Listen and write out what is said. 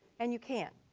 and you can.